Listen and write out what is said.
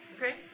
Okay